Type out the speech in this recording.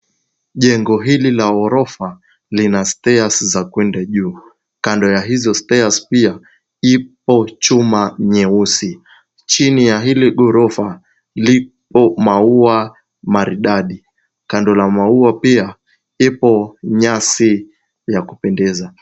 Jengo hili la ghorofa lina stairs za kuenda juu. Kando ya hizo stairs pia ipo chuma nyeusi. Chini ya hili ghorofa lipo maua maridadi. Kando la maua pia ipo nyasi ya kupendeza.